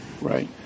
Right